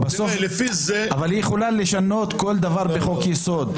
היא יכולה לשנות כל דבר בחוק-יסוד.